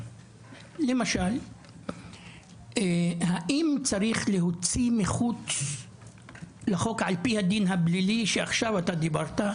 למשל האם צריך להוציא מחוץ לחוק על פי הדין הפלילי שעכשיו אתה דיברת,